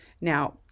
now